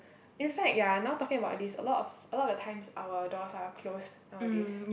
in fact ya now talking about this a lot of a lot of the times our doors are closed nowadays